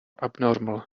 abnormal